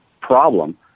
problem